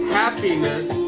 happiness